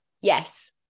yes